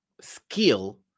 skill